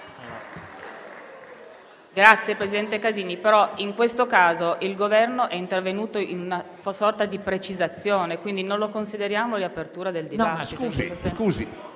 Presidente Casini, in questo caso il Governo è intervenuto in una sorta di precisazione, quindi non la consideriamo una riapertura del dibattito.